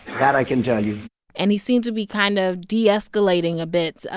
that i can tell you and he seemed to be kind of de-escalating a bit,